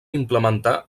implementar